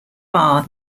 bar